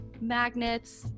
magnets